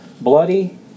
bloody